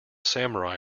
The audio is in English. samurai